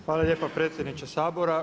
Hvala lijepa predsjedniče Sabora.